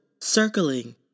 circling